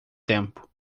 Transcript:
tempo